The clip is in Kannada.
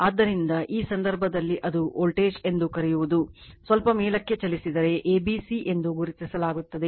ಆದ್ದರಿಂದ ಈ ಸಂದರ್ಭದಲ್ಲಿ ಅದು ವೋಲ್ಟೇಜ್ ಎಂದು ಕರೆಯುವುದು ಸ್ವಲ್ಪ ಮೇಲಕ್ಕೆ ಚಲಿಸಿದರೆ a b c ಎಂದು ಗುರುತಿಸಲಾಗುತ್ತದೆ